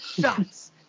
Shots